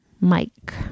Mike